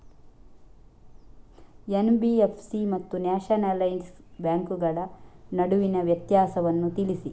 NBFC ಮತ್ತು nationalise ಬ್ಯಾಂಕುಗಳ ನಡುವಿನ ವ್ಯತ್ಯಾಸವನ್ನು ತಿಳಿಸಿ?